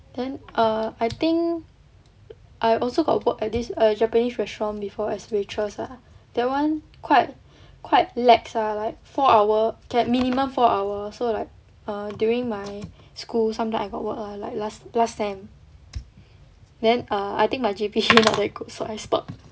then err I think I also got work at this err japanese restaurant before as waitress ah that [one] quite quite lax ah like four hour can minimum four hour so like err during my school sometime I got work lah like last last sem then err I think my G_P_A not that good so I stop